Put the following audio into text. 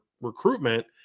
recruitment